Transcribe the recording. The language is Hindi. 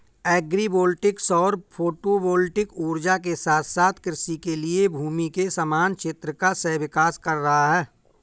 एग्री वोल्टिक सौर फोटोवोल्टिक ऊर्जा के साथ साथ कृषि के लिए भूमि के समान क्षेत्र का सह विकास कर रहा है